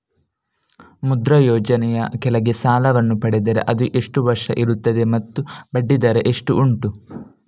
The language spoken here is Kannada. ಮುದ್ರಾ ಯೋಜನೆ ಯ ಕೆಳಗೆ ಸಾಲ ವನ್ನು ಪಡೆದರೆ ಅದು ಎಷ್ಟು ವರುಷ ಇರುತ್ತದೆ ಮತ್ತು ಬಡ್ಡಿ ದರ ಎಷ್ಟು ಉಂಟು?